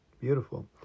Beautiful